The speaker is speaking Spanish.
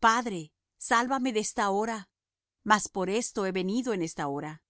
padre sálvame de esta hora mas por esto he venido en esta hora